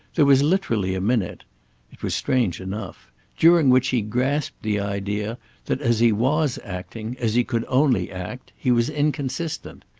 there was literally a minute it was strange enough during which he grasped the idea that as he was acting, as he could only act, he was inconsistent.